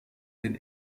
den